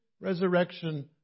resurrection